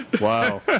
Wow